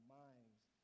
minds